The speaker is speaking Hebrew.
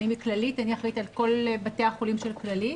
אני אחראית על כל בתי החולים של הכללית,